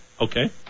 Okay